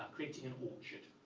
creating an orchard.